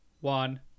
one